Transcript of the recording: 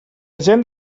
gent